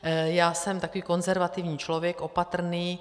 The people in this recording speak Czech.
Já jsem takový konzervativní člověk, opatrný.